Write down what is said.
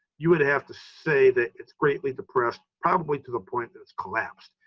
you would have to say that it's greatly depressed probably to the point that it's collapsed.